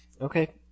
Okay